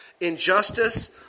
Injustice